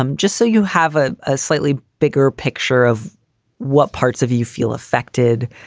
um just so you have ah a slightly bigger picture of what parts of you feel affected,